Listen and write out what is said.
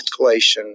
escalation